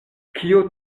kiu